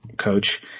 coach